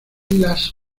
las